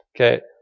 Okay